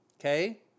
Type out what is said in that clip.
okay